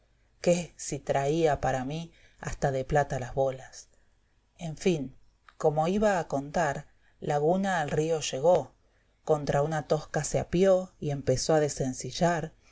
qué si traía para mí hasta de plata las bolas en fin como iba a contar laguna al río llegó contra una tosca se apio y empezó a desensillar